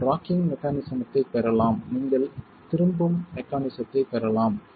நீங்கள் ராக்கிங் மெக்கானிஸத்தைப் பெறலாம் நீங்கள் திரும்பும் மெக்கானிஸத்தைப் பெறலாம்